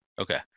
Okay